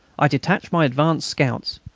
i detached my advance scouts.